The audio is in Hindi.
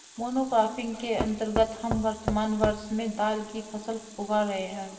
मोनोक्रॉपिंग के अंतर्गत हम वर्तमान वर्ष में दाल की फसल उगा रहे हैं